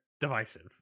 divisive